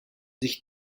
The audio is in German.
sich